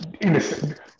innocent